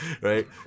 right